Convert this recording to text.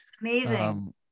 Amazing